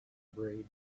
breed